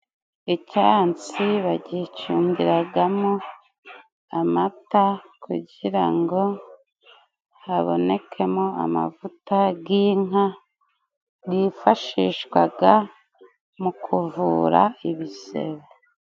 Icyansi bagicundiraga mo amata kugira ngo haboneke mo amavuta g'inka, yifashishwaga mu kuvura ibisebe.